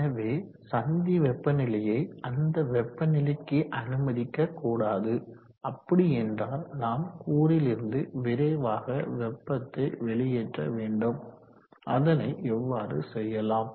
எனவே சந்தி வெப்பநிலையை அந்த வெப்பநிலைக்கு அனுமதிக்க கூடாது அப்படி என்றால் நாம் கூறிலிருந்து விரைவாக வெப்பத்தை வெளியேற்ற வேண்டும் அதனை எவ்வாறு செய்யலாம்